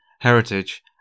heritage